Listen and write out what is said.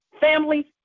family